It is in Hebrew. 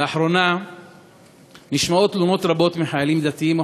לאחרונה נשמעות תלונות רבות מחיילים דתיים או